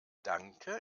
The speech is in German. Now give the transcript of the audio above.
danke